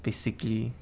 basically